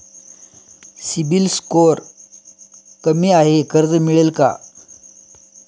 CIBIL score कमी आहे कर्ज मिळेल का?